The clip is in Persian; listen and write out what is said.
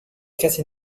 کسی